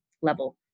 level